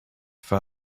for